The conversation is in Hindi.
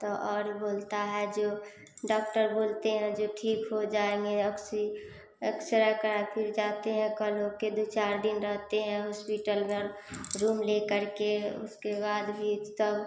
तो और बोलता है जो डॉक्टर बोलते हैं जो ठीक हो जाएंगे ऑक्सी एक्स रे करा फिर जाते हैं कहुना के दो चार दिन रहते हैं हॉस्पिटल में रूम लेकर के उसके बाद भी सब